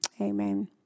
Amen